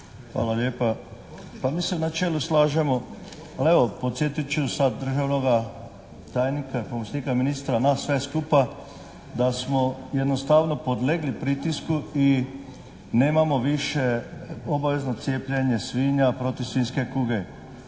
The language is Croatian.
Hvala lijepa. Pa mi se u načelu slažemo, ali evo podsjetit ću sad državnoga tajnika, pomoćnika ministra, nas sve skupa da smo jednostavno podlegli pritisku i nemamo više obavezno cijepljenje svinja protiv svinjske kuge.